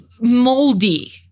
moldy